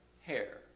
hair